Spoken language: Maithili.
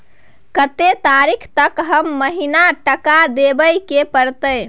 कत्ते तारीख तक हर महीना टका देबै के परतै?